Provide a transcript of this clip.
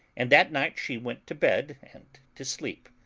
and that night she went to bed and to sleep.